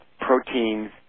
proteins